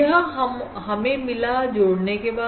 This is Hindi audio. यह हमें मिला जोड़ने के बाद